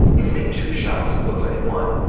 you can make two shots look like one.